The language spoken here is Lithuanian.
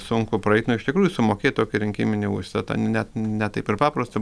sunku praeit nu iš tikrųjų sumokėt tokį rinkiminį užstatą ne ne taip ir paprasta